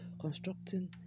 constructing